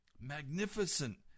Magnificent